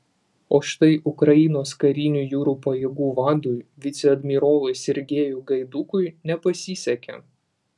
o štai ukrainos karinių jūrų pajėgų vadui viceadmirolui sergejui gaidukui nepasisekė